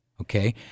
Okay